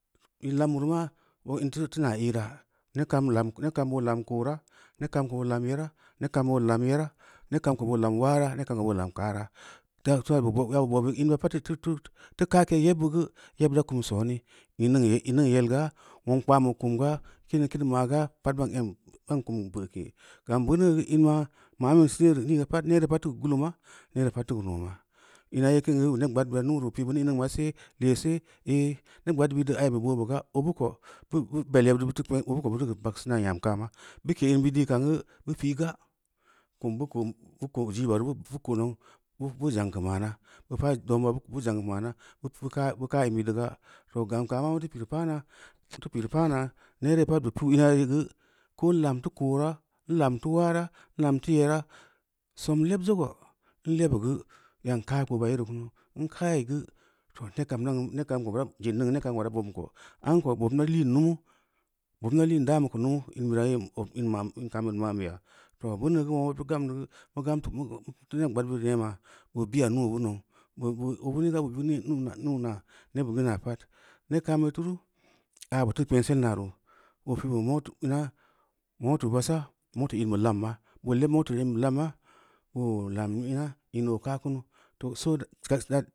In lambu reu maa in teu naa iira neb kam baa lam koora, neb kam ko boo lam year neb kam boo lam ulaara, neb kam ko boo lam kaara, yabi bobi in bira pad teu tunu teu ka’ke yebbu geu, yebbu kum sooni, in ningn yel ga nueong kpam bu kum ga, kuni-kimi kumga, pad ban kum veu’ke gam beuneu ina mabin see neere pad teu geu galana neere pad teu keu numa, m̄a yee kin geu neb gbaad bira numui reu bu pi, beuneu in ninga ma sel, lee see, ehhh neb gbaad bid deu aibi boobeu ga, obu mo bu bel yebbid deu obu ko bufeu vagseu naa nyam kaama, bu ke’m̄ bid dii kamgeu, bu pi kum bu ko jiba ru bu ko’ nou, bu zong keu maama, bu paa danba bu zongkeu maana, bu kaa in bid deu ga. Too, gam kana mu feu pireu paama, muteu pireu paama, neere pad bu pi’u mareu geu ko n lam teu koora, n lam teu maara, m lam teu year, sam n leb zogo, n lebu geu yan kaa tipoba yere kuu, n kaayi geu too zed n inhn geu neb kaam ko bura bobm ko, am ho bob na liin lumu bob n da liin dan bu ku wuunu, in bira yee od in kaan bu ma’n beya, foo beuneu muongna buteu gammi geu. Nu gam mufeu neb gbad bid nuema boo bi’ a nuu bu nou ohina geu nuu-naa nengn pad neb kaamu bid turu aa buteu kpengsil naa roo, bro pi’ bu moto basa, motor in beu luuma, boo leb moto in beu lamma boo lam ina, oo ka’ kumu, sa that